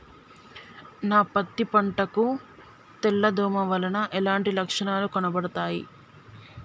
నా పత్తి పంట కు తెల్ల దోమ వలన ఎలాంటి లక్షణాలు కనబడుతాయి?